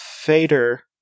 Fader